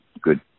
good